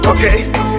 Okay